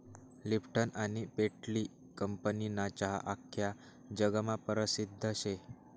Lipton आनी पेटली कंपनीना चहा आख्खा जगमा परसिद्ध शे